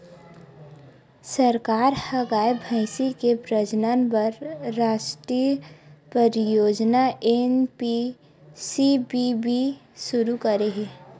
सरकार ह गाय, भइसी के प्रजनन बर रास्टीय परियोजना एन.पी.सी.बी.बी सुरू करे हे